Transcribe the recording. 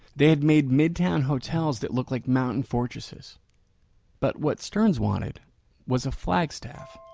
they had made midtown hotels that look like mountain fortresses but what sterns wanted was a flagstaff.